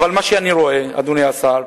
אבל מה שאני רואה, אדוני השר,